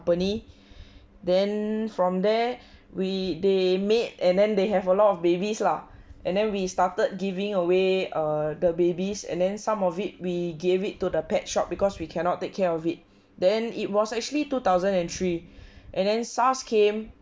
then from there we they made and then they have a lot of babies lah and then we started giving away err the babies and then some of it we gave it to the pet shop because we cannot take care of it then it was actually two thousand and three and then SARS came